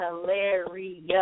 hilarious